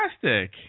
fantastic